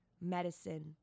medicine